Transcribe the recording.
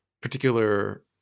particular